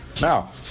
Now